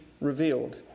revealed